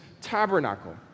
tabernacle